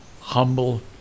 humble